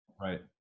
Right